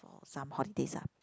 for some holidays ah